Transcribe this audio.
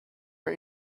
our